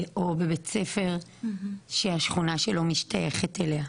או בבית ספר שהשכונה שלו משתייכת אליה,